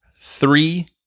Three